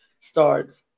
starts